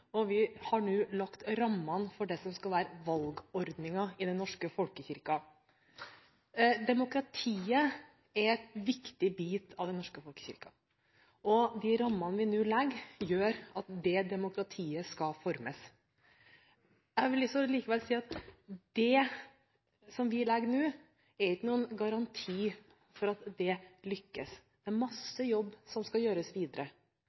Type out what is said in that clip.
og vi har nå lagt rammene for det som skal være valgordningen i den norske folkekirken. Demokratiet er en viktig bit av den norske folkekirken, og de rammene vi nå legger, gjør at det demokratiet skal formes. Jeg vil likevel si at det vi legger fram nå, ikke er en garanti for at det lykkes. Det er mye jobb som skal gjøres videre.